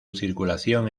circulación